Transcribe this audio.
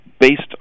based